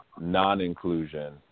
non-inclusion